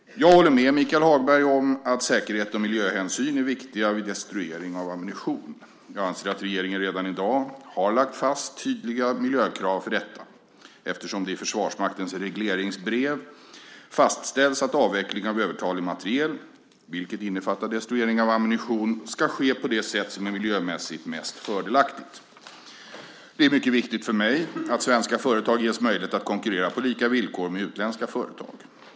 Jag håller med Michael Hagberg om att säkerhet och miljöhänsyn är viktigt vid destruering av ammunition. Jag anser att regeringen redan i dag har lagt fast tydliga miljökrav för detta eftersom det i Försvarsmaktens regleringsbrev fastställs att avveckling av övertalig materiel, vilket innefattar destruering av ammunition, ska ske på det sätt som är miljömässigt mest fördelaktigt. Det är mycket viktigt för mig att svenska företag ges möjlighet att konkurrera på lika villkor med utländska företag.